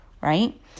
right